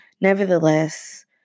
nevertheless